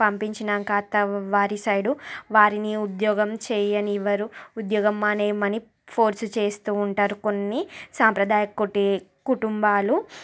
పంపించినంక వారి సైడు వారిని ఉద్యోగం చేయనివ్వరు ఉద్యోగం మానేయమని ఫోర్స్ చేస్తూ ఉంటారు కొన్ని సాంప్రదాయ కొట్టే కుటుంబాలు